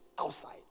Outside